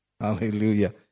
Hallelujah